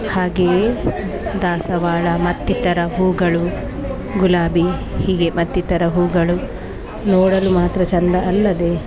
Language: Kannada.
ಹಾಗೆಯೇ ದಾಸವಾಳ ಮತ್ತಿತರ ಹೂಗಳು ಗುಲಾಬಿ ಹೀಗೆ ಮತ್ತಿತರ ಹೂಗಳು ನೋಡಲು ಮಾತ್ರ ಚೆಂದ ಅಲ್ಲದೇ